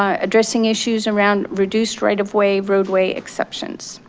um addressing issues around reduced right of way roadway exceptions.